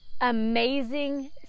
amazing